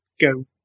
go